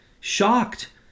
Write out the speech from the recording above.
shocked